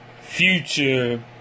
future